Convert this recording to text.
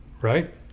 Right